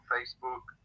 Facebook